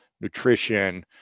nutrition